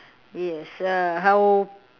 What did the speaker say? yes uh how